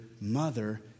mother